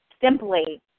simply